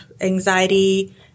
anxiety